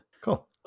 Cool